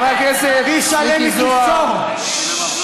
אני ביקשתי כסף מאנשי עסקים שיגנו עליי?